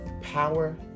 Power